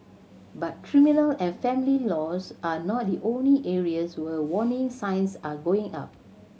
but criminal and family laws are not the only areas where warning signs are going up